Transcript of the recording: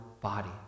body